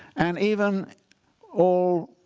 and even all